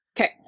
Okay